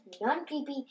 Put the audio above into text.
non-creepy